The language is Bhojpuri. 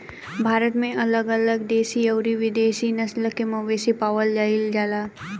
भारत में अलग अलग देशी अउरी विदेशी नस्ल के मवेशी पावल जाइल जाला